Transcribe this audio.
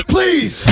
Please